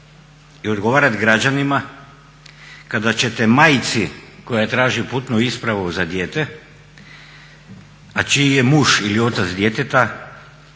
i odgovarat građanima kada ćete majci koja traži putnu ispravu za dijete a čiji je muž ili otac djeteta